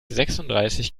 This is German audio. sechsunddreißig